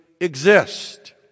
exist